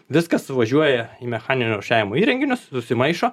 viskas suvažiuoja į mechaninio rūšiavimo įrenginius susimaišo